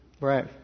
Right